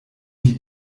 die